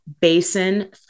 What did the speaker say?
basin